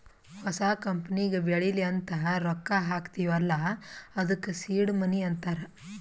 ಹೊಸ ಕಂಪನಿಗ ಬೆಳಿಲಿ ಅಂತ್ ರೊಕ್ಕಾ ಹಾಕ್ತೀವ್ ಅಲ್ಲಾ ಅದ್ದುಕ ಸೀಡ್ ಮನಿ ಅಂತಾರ